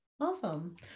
awesome